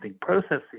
processes